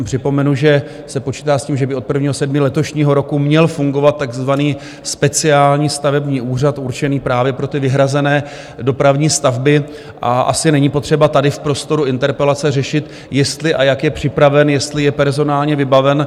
Připomenu, že se počítá s tím, že by od 1. 7. letošního roku měl fungovat takzvaný Speciální stavební úřad určený právě pro vyhrazené dopravní stavby a asi není potřeba tady v prostoru interpelace řešit, jestli a jak je připraven, jestli je personálně vybaven.